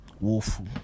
woeful